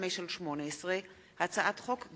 פ/4465/18 וכלה בהצעת חוק פ/4492/18,